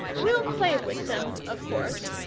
we'll play with them, of course,